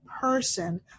person